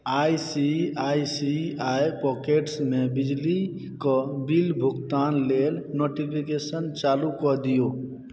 I C I C I pockets मे बिजलीक bill भुगतान लेल नोटिफिकेशन चालूकऽ दियौ